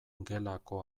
gelako